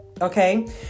okay